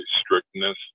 strictness